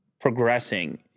progressing